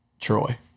Troy